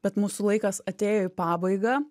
bet mūsų laikas atėjo į pabaigą